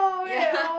ya